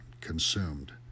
consumed